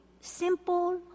simple